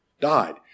died